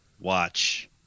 watch